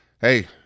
Hey